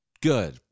Good